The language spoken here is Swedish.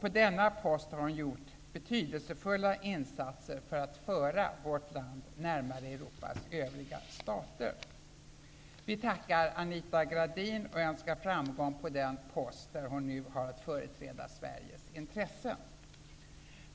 På denna post har hon gjort betydelsefulla insatser för att föra vårt land närmare Europas övriga stater. Vi tackar Anita Gradin och önskar framgång på den post där hon nu har att företräda Sveriges intressen.